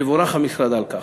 יבורך המשרד על כך.